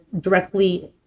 directly